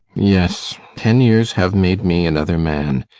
yes, ten years have made me another man.